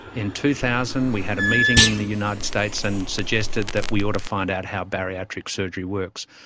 in two thousand we had a meeting in the united states and suggested that we ought to find out how bariatric surgery works.